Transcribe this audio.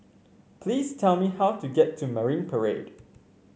please tell me how to get to Marine Parade